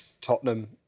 Tottenham